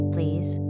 Please